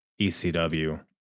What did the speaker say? ECW